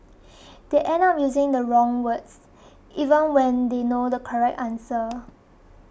they end up using the wrong words even when they know the correct answer